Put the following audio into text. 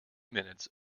minutes